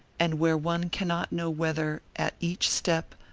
and where one can not know whether, at each step,